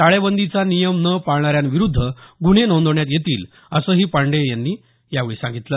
टाळेबंदीचा नियम न पाळणाऱ्यांविरूदध गुन्हे नोंदवण्यात येतील असंही पांडेय यांन यावेळी सांगितलं